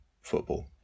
football